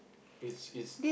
this is